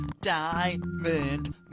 diamond